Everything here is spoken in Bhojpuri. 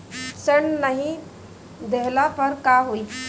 ऋण नही दहला पर का होइ?